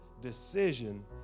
decision